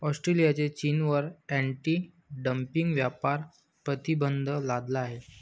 ऑस्ट्रेलियाने चीनवर anti dumping व्यापार प्रतिबंध लादला आहे